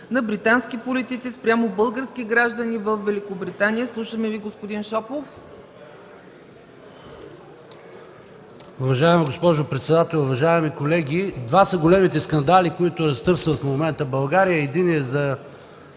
на британски политици спрямо български граждани във Великобритания. Слушаме Ви, господин Шопов.